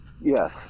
yes